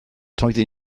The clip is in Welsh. doeddwn